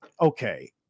okay